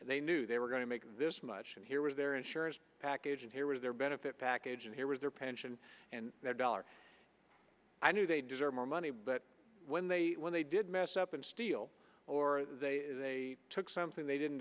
they knew they were going to make this much and here was their insurance package and here was their benefit package and here was their pension and their dollars i knew they deserve more money but when they when they did mess up and steal or they took something they didn't